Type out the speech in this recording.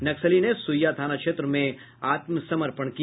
नक्सली ने सुईया थाना क्षेत्र में आत्मसमर्पण किया